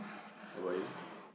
how about you